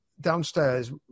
downstairs